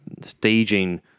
staging